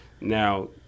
Now